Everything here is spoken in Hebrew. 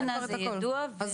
אז